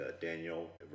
Daniel